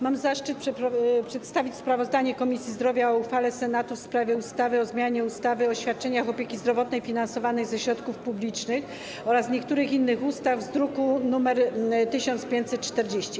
Mam zaszczyt przestawić sprawozdanie Komisji Zdrowia o uchwale Senatu w sprawie ustawy o zmianie ustawy o świadczeniach opieki zdrowotnej finansowanej ze środków publicznych oraz niektórych innych ustaw z druku nr 1540.